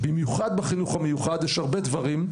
במיוחד בחינוך המיוחד יש הרבה דברים,